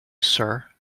sir